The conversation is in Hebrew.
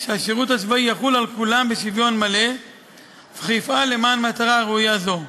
שהשירות הצבאי יחול על כולם בשוויון מלא וכי יפעל למען מטרה ראויה זו.